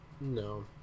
no